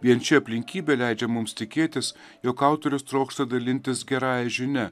vien ši aplinkybė leidžia mums tikėtis jog autorius trokšta dalintis gerąja žinia